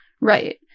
Right